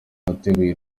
nateguye